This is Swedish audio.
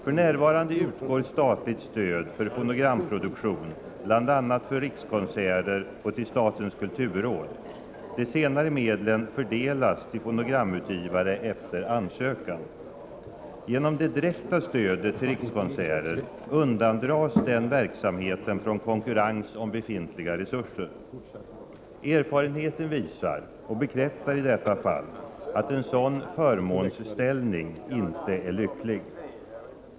För närvarande utgår statligt stöd för fonogramproduktion bl.a. till Rikskonserter och till statens kulturråd. De senare medlen fördelas till fonogramutgivare efter ansökan. Genom det direkta stödet till Rikskonserter undandras den verksamheten från konkurrens om befintliga resurser. Erfarenheten visar — och bekräftar i detta fall — att en sådan förmånsställning inte är lycklig.